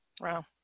Wow